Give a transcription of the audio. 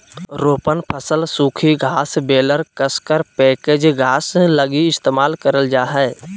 रोपण फसल सूखी घास बेलर कसकर पैकेज घास लगी इस्तेमाल करल जा हइ